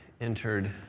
entered